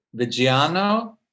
Vigiano